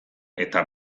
eta